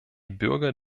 bürger